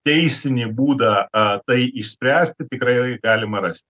teisinį būdą a tai išspręsti tikrai rai galima rasti